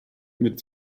mit